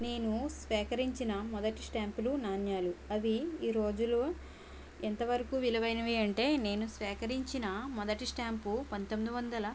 నేను సేకరించిన మొదటి స్టాంపులు నాణేలు అవి ఈ రోజులో ఎంతవరకు విలువైనవి అంటే నేను స్వేకరించిన మొదటి స్టాంపు పంతొమ్మిది వందల